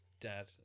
dad